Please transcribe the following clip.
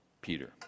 Peter